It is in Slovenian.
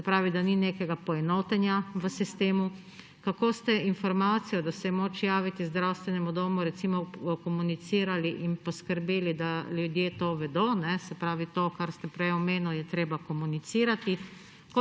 se pravi, da ni nekega poenotenja v sistemu? Kako ste informacijo, da se je moč javiti zdravstvenemu domu, recimo komunicirali in poskrbeli, da ljudje to vedo? Se pravi, to, kar ste prej omenili, je treba komunicirati.